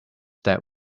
that